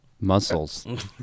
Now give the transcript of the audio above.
Muscles